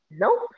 Nope